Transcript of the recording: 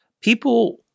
People